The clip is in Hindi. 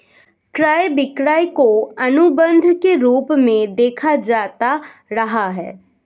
क्रय विक्रय को अनुबन्ध के रूप में देखा जाता रहा है